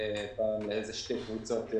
אם אנחנו צודקים, למה מקזזים?